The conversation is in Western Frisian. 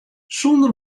sonder